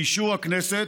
באישור הכנסת,